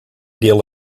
deal